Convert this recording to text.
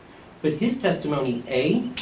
but his testimony, a,